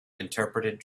interpreted